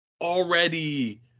already